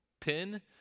pin